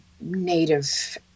Native